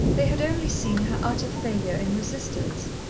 they had only seen her utter failure in resistance,